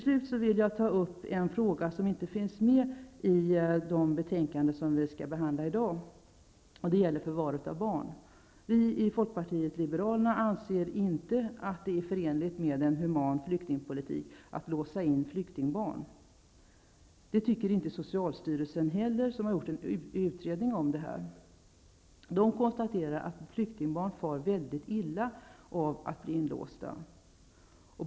Så vill jag ta upp en fråga som inte finns med i det betänkande som vi i dag behandlar. Det gäller frågan om förvar av barn. Vi i Folkpartiet liberalerna anser inte att det är förenligt med en human flyktingpolitik att låsa in flyktingbarn. Det tycker inte socialstyrelsen heller som har gjort en utredning i detta avseende. Man konstaterar att flyktingbarn far väldigt illa av att vara inlåsta.